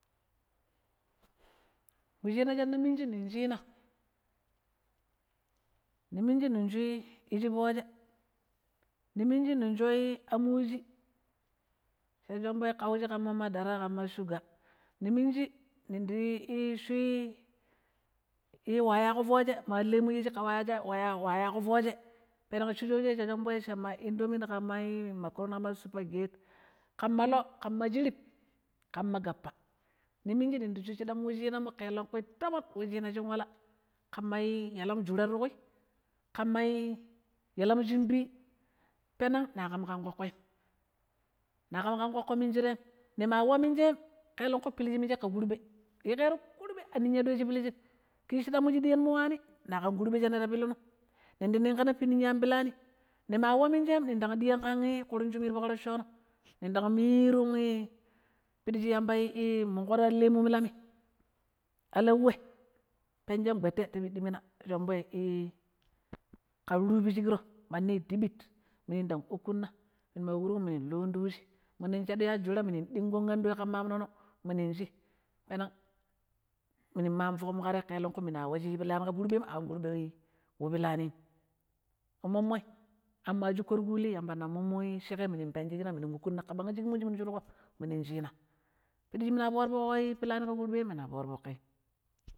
We china shinna minji ning. Shina, niminji ning shu iji fooje, niminji ning sho amuwuji sha shomɓoi ƙauji ƙan madara ƙama shuga, niminji ni ndi shui wayaƙo fooje ima alemu mu yishi ƙa wayako, wayaƙo fooje peneng shi shoje cha ma indomin ƙamma i supergeti ƙama loo ƙama shirip ƙama, niminji nindi shu shidam shinanmo kelengkui tomon wu china shin wala ƙamma yalam jura tuƙui kammai yalam shin tui peneng na kam. ƙan ƙoƙƙo minjem nima wa minjem kelengƙui peliji minje ƙa kurɓe, yiƙero kurɓe a ninya ɗoi shi pushim kishiɗa mu shi ɗiyanmu waani naƙan kurɓe shine ta pilum nindi nunƙina pian pilani nima waminjem nindang diyan. Ƙan kurun shumi ti foƙ roccono nin dang mirun, fudi shi yamba munƙo to alem milami alawwe penshan gbete ti pidi mina sha shomboi i ƙan rup shukiro mandi dibit ndang ukuna minu maukurko minu nlun tiwuji minin yaji jura minu ɗingon anɗoi ƙama amnono minin shi minun man foƙmu kate kelangƙui mina mina wa shi minda pilani ƙa kurɓem akan kurbe wu pilamim, umommo amma shuko tu kuli yamba ma mummu shikai minu penjjina minu ukuna ka bang shi minu shurƙo foƙ shimina fooro foƙ pilani ƙa kurɓem mina fooro foƙim.